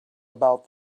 about